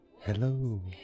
hello